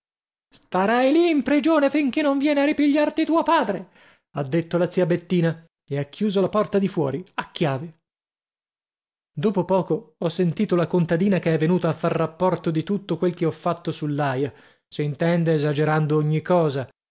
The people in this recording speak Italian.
starai lì in prigione finché non viene a ripigliarti tuo padre ha detto la zia bettina e ha chiuso la porta di fuori a chiave dopo poco ho sentito la contadina che è venuta a far rapporto di tutto quel che ho fatto sull'aia s'intende esagerando ogni cosa